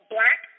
Black